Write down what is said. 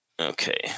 Okay